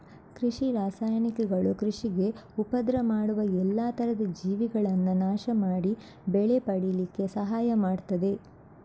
ಕೃಷಿ ರಾಸಾಯನಿಕಗಳು ಕೃಷಿಗೆ ಉಪದ್ರ ಮಾಡುವ ಎಲ್ಲಾ ತರದ ಜೀವಿಗಳನ್ನ ನಾಶ ಮಾಡಿ ಬೆಳೆ ಪಡೀಲಿಕ್ಕೆ ಸಹಾಯ ಮಾಡ್ತದೆ